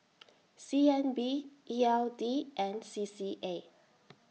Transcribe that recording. C N B E L D and C C A